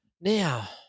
Now